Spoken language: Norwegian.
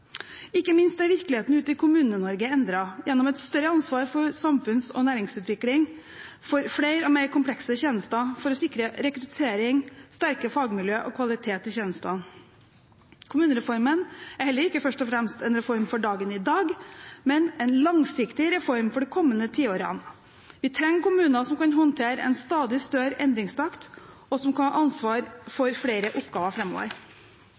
Ikke minst er virkeligheten ute i Kommune-Norge endret gjennom et større ansvar for samfunns- og næringsutvikling, for flere og mer komplekse tjenester, for å sikre rekruttering, sterke fagmiljøer og kvalitet i tjenestene. Kommunereformen er heller ikke først og fremst en reform for dagen i dag, men en langsiktig reform for de kommende tiårene. Vi trenger kommuner som kan håndtere en stadig større endringstakt, og som kan ha ansvar for flere oppgaver